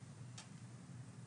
הצבעה הצו עם הגבלת התוקף אושר.